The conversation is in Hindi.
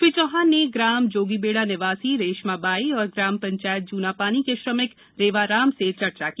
श्री चौहान ने ग्राम जोगीबेडा निवासी रेशमाबाई और ग्राम चायत जूना ानी के श्रमिक रेवाराम से चर्चा की